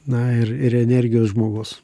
na ir ir energijos žmogus